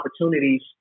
opportunities